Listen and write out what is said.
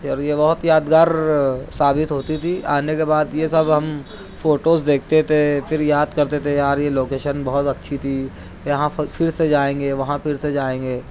اور یہ بہت یادگار ثابت ہوتی تھی آنے کے بعد یہ سب ہم فوٹوز دیکھتے تھے پھر یاد کرتے تھے یار یہ لوکیشن بہت اچھی تھی یہاں پر پھر سے جائیں گے وہاں پھر سے جائیں گے